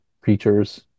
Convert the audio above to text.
creatures